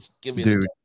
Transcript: dude